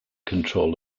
control